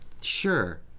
sure